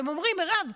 והם אומרים: מירב,